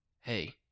hey